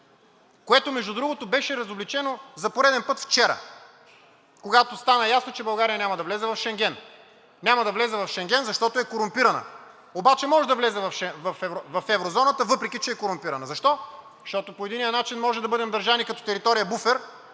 което, между другото, беше разобличено за пореден път вчера, когато стана ясно, че България няма да влезе в Шенген. Няма да влезе в Шенген, защото е корумпирана. Обаче може да влезе в еврозоната, въпреки, че е корумпирана. Защо? Защото по единия начин можем да бъдем държани като територия буфер